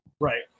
Right